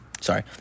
Sorry